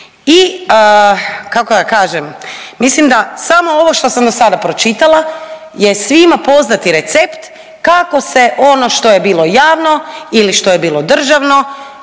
I kako ja kažem, mislim da samo ovo što sam do sada pročitala je svima poznati recept kako je ono to je bilo javno ili što je bilo državno